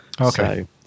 Okay